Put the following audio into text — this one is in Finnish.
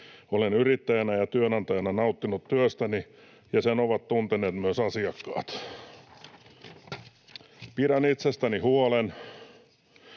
Olen yrittäjänä ja työnantajana nauttinut työstäni, ja sen ovat tunteneet myös asiakkaat. Pidän itsestäni huolen.